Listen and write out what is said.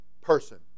person